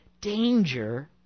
danger